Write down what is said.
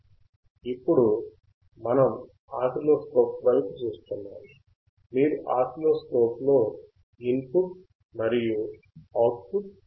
ఇప్పుడు మనం ఆసిలోస్కోప్ వైపు చూస్తున్నాము మీరు ఆసిలోస్కోప్ లో ఇన్ పుట్ మరియు అవుట్ పుట్ చూడవచ్చు